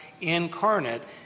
incarnate